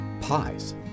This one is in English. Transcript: pies